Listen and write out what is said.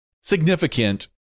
significant